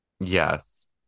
Yes